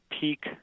peak